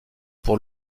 pour